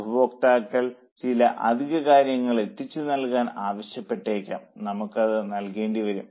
ഉപഭോക്താക്കൾ ചില അധിക കാര്യങ്ങൾ എത്തിച്ചു നൽകാൻ ആവശ്യപ്പെട്ടേക്കാം നമുക്ക് അത് നൽകേണ്ടിവരും